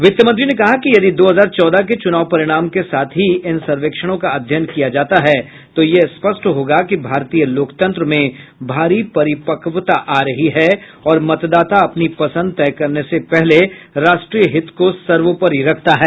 वित्तमंत्री ने कहा कि यदि दो हजार चौदह के चुनाव परिणामों के साथ ही इन सर्वेक्षणों का अध्ययन किया जाता है तो यह स्पष्ट होगा कि भारतीय लोकतंत्र में भारी परिपक्वता आ रही है और मतदाता अपनी पसंद तय करने से पहले राष्ट्रीय हित को सर्वोपरि रखता है